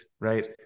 Right